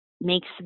makes